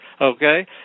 okay